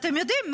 ואתם יודעים,